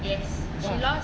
!wah!